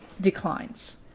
declines